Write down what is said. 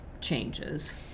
changes